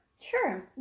Sure